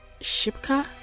Shipka